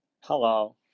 hello